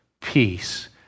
peace